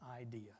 idea